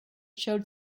showed